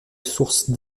sources